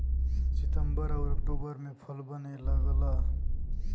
सितंबर आउर अक्टूबर में फल बने लगला